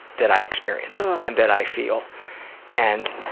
that i experienced and that i feel and